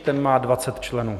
Ten má 20 členů.